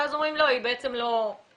ואז אומרים שהיא לא מסוממת,